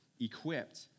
equipped